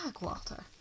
Walter